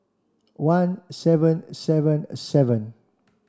one seven seven seven